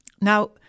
Now